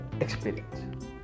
experience